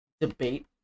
debate